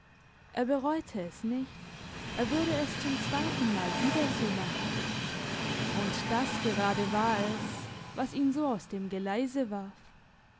er bereute es nicht er würde es zum zweitenmal wieder so machen und das gerade war es was ihn so aus dem geleise wart